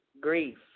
Grief